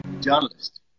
journalist